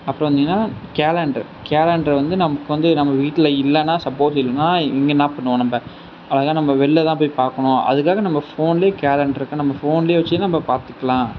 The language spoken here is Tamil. அப்பறம் வந்தீங்கன்னா கேலண்டர் கேலண்டரு வந்து நம்ம இப்போ வந்து நம்ம வீட்டில் இல்லைன்னா சப்போஸ் இல்லைன்னா இங்கே என்ன பண்ணுவோம் நம்ம அதெலாம் நம்ம வெளில தான் போய் பார்க்கணும் அதுக்காக நம்ப ஃபோன்லேயே கேலண்டரு இருக்கா நம்ம ஃபோன்லேயே வச்சு நம்ம பார்த்துக்குலாம்